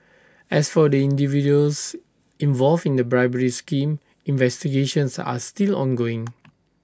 as for the individuals involved in the bribery scheme investigations are still ongoing